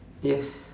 yes